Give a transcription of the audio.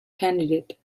candidate